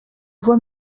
voix